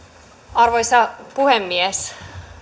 arvoisa puhemies